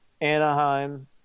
Anaheim